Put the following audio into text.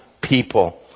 people